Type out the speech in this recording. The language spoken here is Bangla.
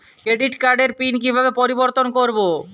ক্রেডিট কার্ডের পিন কিভাবে পরিবর্তন করবো?